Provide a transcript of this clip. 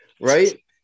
Right